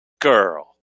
Girl